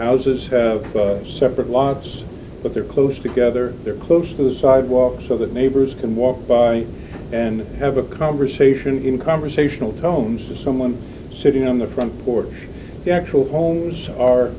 houses have separate lots but they're close together they're close to the sidewalk so that neighbors can walk by and have a conversation in conversational tones of someone sitting on the front porch the actual homes are